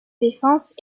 défense